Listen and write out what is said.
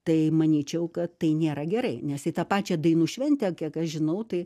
tai manyčiau kad tai nėra gerai nes į tą pačią dainų šventę kiek aš žinau tai